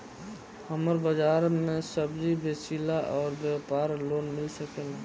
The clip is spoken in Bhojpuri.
हमर बाजार मे सब्जी बेचिला और व्यापार लोन मिल सकेला?